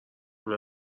قبل